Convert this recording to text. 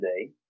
today